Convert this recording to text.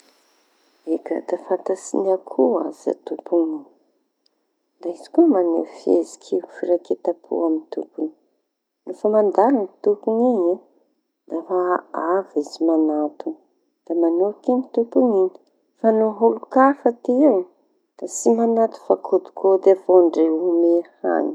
Eka, da fantatsy ny akoho aza tompoñy da izy koa maneho fihetsiky firaiketam-po amy tompoñy. Rehefa mandalo ny tompoñy iñy da fa avy izy mañatona da manoriky ny tompoñy iñy. Fa no olon-kafa ty eo da tsy manato fa kaody kaody avao ndre ome haniny.